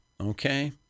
okay